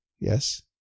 yes